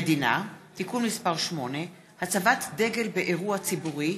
הסמל והמנון המדינה (תיקון מס' 8) (הצבת דגל באירוע ציבורי),